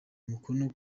umukono